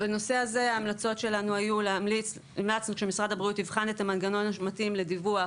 ההמלצות שלנו הן שמשרד הבריאות יבחן את המנגנון המתאים לדיווח